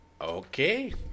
Okay